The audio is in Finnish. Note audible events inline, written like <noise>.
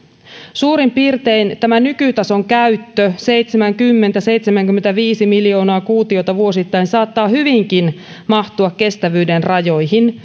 suurin piirtein tämä nykytason käyttö seitsemänkymmentä viiva seitsemänkymmentäviisi miljoonaa kuutiota vuosittain saattaa hyvinkin mahtua kestävyyden rajoihin <unintelligible>